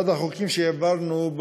אחד החוקים שהעברנו,